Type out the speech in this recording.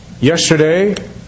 Yesterday